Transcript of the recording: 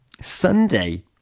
Sunday